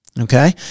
okay